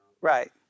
Right